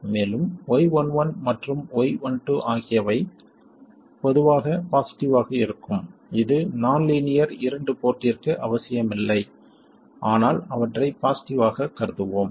மேலும் y11 மற்றும் y12 ஆகியவை பொதுவாக பாசிட்டிவ் ஆக இருக்கும் இது நான் லீனியர் இரண்டு போர்ட்டிற்கு அவசியமில்லை ஆனால் அவற்றை பாசிட்டிவ் ஆகக் கருதுவோம்